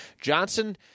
Johnson